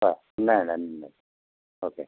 ఉన్నాయండి అన్ని ఉన్నాయి ఓకే